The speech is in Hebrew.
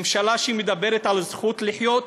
ממשלה שמדברת על זכות לחיות